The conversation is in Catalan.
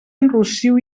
enrossiu